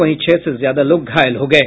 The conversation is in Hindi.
वहीं छह से ज्यादा लोग घायल हो गये